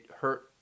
hurt